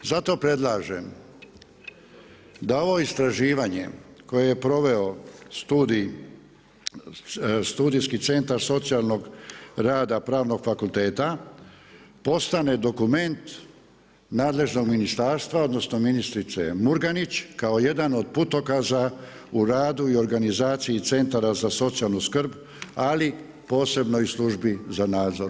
Zato predlažem da ovo istraživanje koje je proveo Studijski centar socijalnog rada Pravnog fakulteta postane dokument nadležnog ministarstva, odnosno ministrice Murganić kao jedan od putokaza u radu i organizaciji centara za socijalnu skrb ali posebno i službi za nadzor.